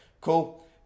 cool